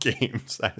games